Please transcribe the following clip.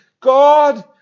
God